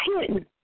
hidden